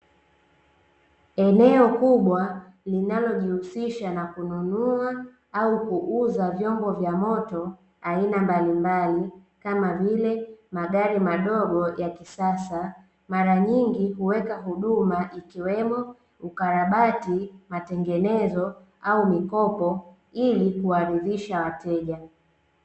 Eneo kubwa linalonihusisha na kununua au huuza vyombo vya moto aina mbalimbali kama vile magari madogo ya kisasa, mara nyingi huweka huduma ikiwemo ukarabati, matengenezo au mikopo ili kuwaridhisha wateja.